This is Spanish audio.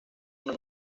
una